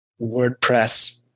WordPress